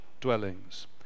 dwellings